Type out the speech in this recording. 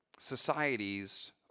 societies